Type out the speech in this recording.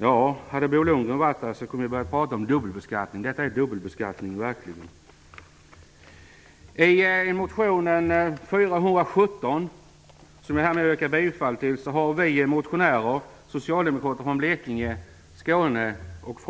Om Bo Lundgren hade varit här hade vi kunnat prata om dubbelbeskattning. Detta är verkligen dubbelbeskattning. I motion 417, som jag härmed yrkar bifall till, har vi socialdemokrater från Blekinge, Skåne och